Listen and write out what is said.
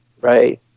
right